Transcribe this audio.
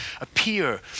appear